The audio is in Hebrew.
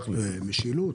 משילות.